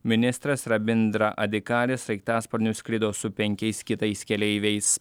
ministras rabindra adikari sraigtasparniu skrido su penkiais kitais keleiviais